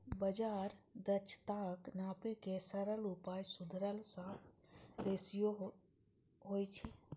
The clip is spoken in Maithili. बाजार दक्षताक नापै के सरल उपाय सुधरल शार्प रेसियो होइ छै